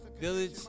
Village